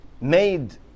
made